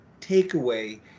takeaway